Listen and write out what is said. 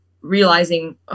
realizing